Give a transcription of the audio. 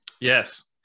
Yes